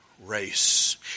race